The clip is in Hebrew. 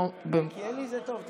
מלכיאלי זה טוב.